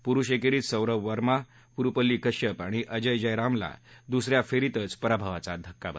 पुरुष एकेरीत सौरभ वर्मा पुरुपल्ली कश्यप आणि अजय जयरामला दुसऱ्या फेरीतच पराभवाचा धक्का बसला